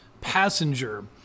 Passenger